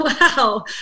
Wow